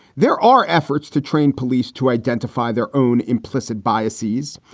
there are efforts to train police to identify their own implicit biases.